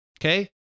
Okay